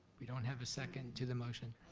we don't have a second to the motion.